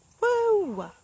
woo